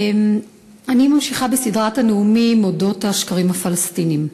אני ממשיכה בסדרת הנאומים אודות השקרים הפלסטיניים.